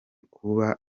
kuba